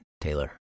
Taylor